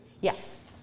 Yes